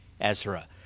Ezra